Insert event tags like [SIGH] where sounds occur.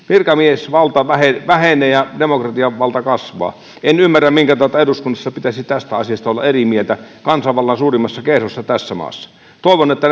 [UNINTELLIGIBLE] virkamiesvalta vähenee vähenee ja demokratian valta kasvaa en ymmärrä minkä tautta eduskunnassa pitäisi tästä asiasta olla eri mieltä kansanvallan suurimmassa kerhossa tässä maassa toivon että [UNINTELLIGIBLE]